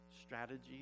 strategies